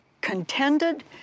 contended